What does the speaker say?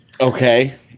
Okay